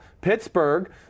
Pittsburgh